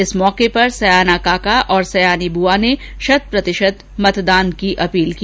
इस अवसर पर सयाना काका और सयानी बुआ ने शत प्रतिशत मतदान की अपील की